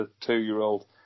two-year-old